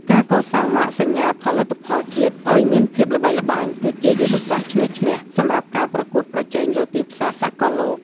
ការកសាងម៉ាកសញ្ញាផលិតផលជាតិឱ្យមានភាពល្បីល្បាញ គឺជាយុទ្ធសាស្ត្រឈ្នះឈ្នះសម្រាប់ការប្រកួតប្រជែងលើទីផ្សារសកលលោក។